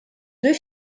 deux